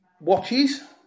watches